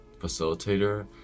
facilitator